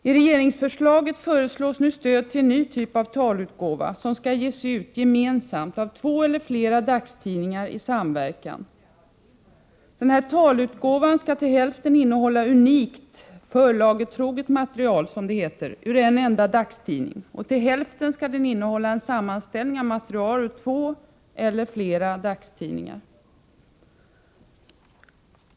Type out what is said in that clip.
I propositionen föreslås nu stöd till en ny typ av talutgåva som skall ges ut gemensamt av två eller flera dagstidningar i samverkan. Den här talutgåvan skall till hälften innehålla unikt, förlagetroget material —som det heter —ur en enda dagstidning och till hälften innehålla en sammanställning av material ur två eller flera dagstidningar.